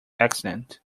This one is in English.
accident